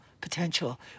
potential